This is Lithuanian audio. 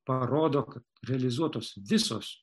parodo kad realizuotos visos